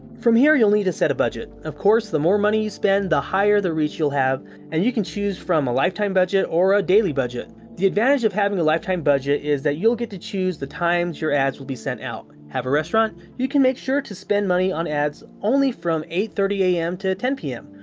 from here, you'll need to set a budget. of course, the more money you spend, the more reach you'll have and you can choose from a lifetime budget or a daily budget. the advantage of having a lifetime budget is that you'll get to choose the times your ads will be sent out. have a restaurant? you can make sure to spend money on ads only from eight thirty am to ten pm,